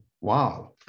wow